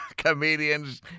Comedians